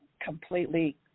completely –